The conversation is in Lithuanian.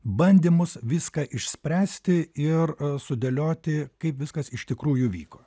bandymus viską išspręsti ir sudėlioti kaip viskas iš tikrųjų vyko